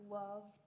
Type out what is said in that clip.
love